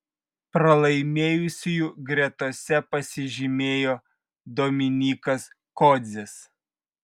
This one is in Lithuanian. pralaimėjusiųjų gretose pasižymėjo dominykas kodzis